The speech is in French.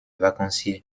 vacanciers